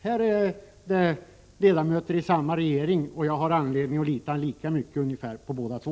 Båda herrarna är ledamöter i samma regering, och jag har anledning att lita ungefär lika mycket eller lika litet på båda två.